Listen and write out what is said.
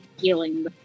healing